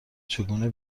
چگونه